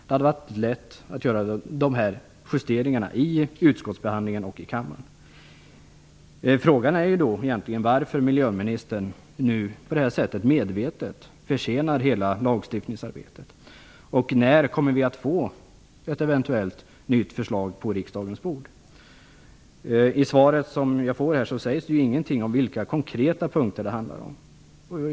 Det hade varit lätt att göra dessa justeringar i utskottsbehandlingen och i kammaren. Frågan är varför miljöministern på detta sätt medvetet försenar hela lagstiftningsarbetet. När kommer vi att få ett eventuellt nytt förslag på riksdagens bord? I det svar som jag fick sades det ingenting om vilka konkreta punkter det handlar om.